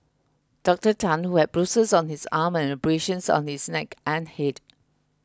Dr Tan who had bruises on his arm and abrasions on his neck and head